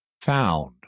found